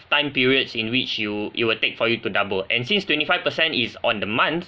time periods in which you it will take for you to double and since twenty five percent is on the month